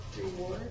Reward